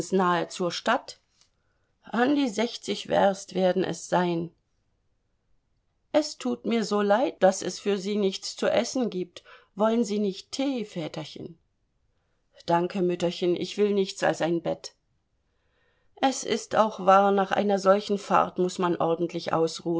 zur stadt an die sechzig werst werden es sein es tut mir so leid daß es für sie nichts zu essen gibt wollen sie nicht tee väterchen danke mütterchen ich will nichts als ein bett es ist auch wahr nach einer solchen fahrt muß man ordentlich